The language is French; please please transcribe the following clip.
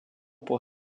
pour